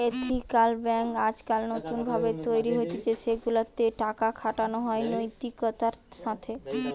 ethical banking আজকাল নতুন ভাবে তৈরী হতিছে সেগুলা তে টাকা খাটানো হয় নৈতিকতার সাথে